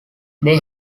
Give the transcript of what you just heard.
they